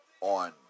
on